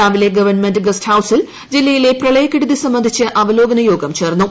രാവിലെ government guest ഹൌസിൽ ജില്ലയിലെ പ്രളയക്കെടുതി സംബന്ധിച്ച് അവലോകന യോഗം ചേർന്നു